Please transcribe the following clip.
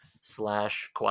slash